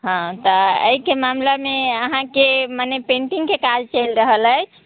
हँ तऽ एहिके मामिलामे अहाँके मने पेन्टिंगके काज चलि रहल अछि